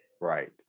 Right